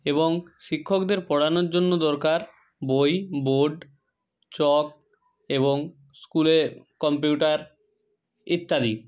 এবং শিক্ষকদের পড়ানোর জন্য দরকার বই বোর্ড চক এবং স্কুলের কম্পিউটার ইত্যাদি